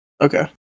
Okay